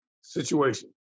situation